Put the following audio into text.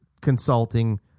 consulting